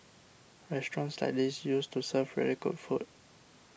restaurants like these used to serve really good food